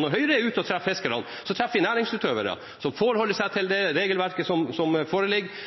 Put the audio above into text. Når Høyre er ute og treffer fiskere, treffer vi næringsutøvere som forholder seg til det regelverket som foreligger, som